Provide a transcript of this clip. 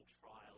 trial